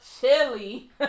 Chili